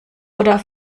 oder